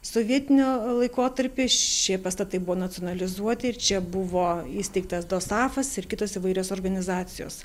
sovietinio laikotarpy šie pastatai buvo nacionalizuoti ir čia buvo įsteigtas dosafas ir kitos įvairios organizacijos